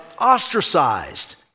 ostracized